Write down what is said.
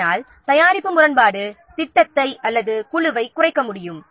இதனால் தயாரிப்பின் முரண்பாடு திட்டத்தை அல்லது குழுவைக் குறைக்க முடியும்